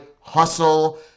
hustle